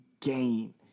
game